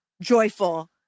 joyful